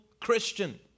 Christian